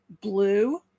blue